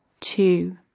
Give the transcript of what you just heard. two